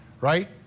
right